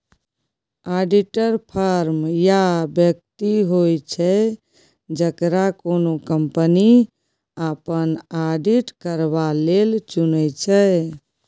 auditor firm या बेकती होइ छै जकरा कोनो कंपनी अपन आडिट करबा लेल चुनै छै